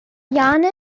jane